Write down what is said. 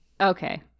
Okay